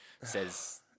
says